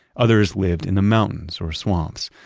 others lived in the mountains or swamps.